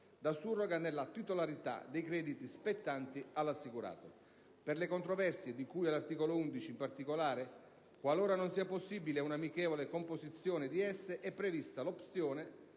la surroga nella titolarità dei crediti spettanti all'assicurato. Per le controversie di cui all'articolo 11, in particolare, qualora non sia possibile un'amichevole composizione di esse, è prevista l'opzione